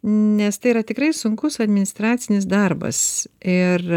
nes tai yra tikrai sunkus administracinis darbas ir